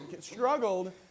struggled